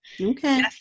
Okay